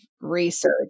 research